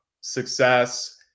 success